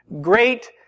great